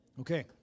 Okay